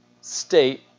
state